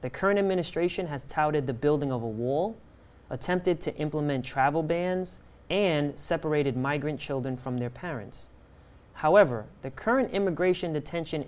the current administration has touted the building of a wall attempted to implement travel bans and separated migrant children from their parents however the current immigration detention